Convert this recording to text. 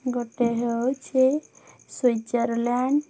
ଗୋଟେ ହେଉଛି ସ୍ଵିଜର୍ଲ୍ୟାଣ୍ଡ୍